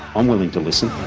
i'm willing to listen.